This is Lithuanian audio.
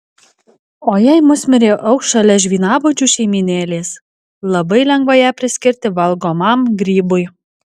o jei musmirė augs šalia žvynabudžių šeimynėlės labai lengva ją priskirti valgomam grybui